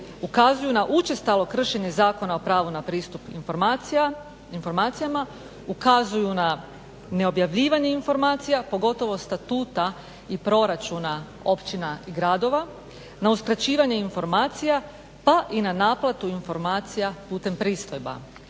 ukazuju na učestalo kršenje Zakona o pravu na pristup informacijama, ukazuju na neobjavljivanje informacija, pogotovo statuta i proračuna općina i gradova, na uskraćivanje informacija, pa i na naplatu informacija putem pristojba,